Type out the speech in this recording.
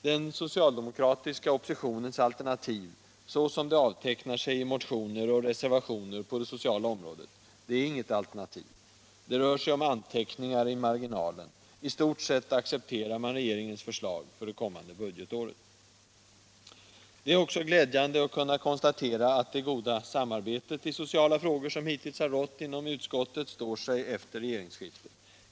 Den socialdemokratiska oppositionens alternativ, såsom det avtecknar sig i motioner och reservationer på det sociala området, är inget alternativ. Det rör sig om anteckningar i marginalen. I stort sett accepterar man regeringens förslag för det kommande budgetåret. Det är också glädjande att kunna konstatera att det goda samarbete i sociala frågor som hittills rått inom utskottet står sig efter regeringsskiftet.